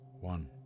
One